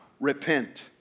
Repent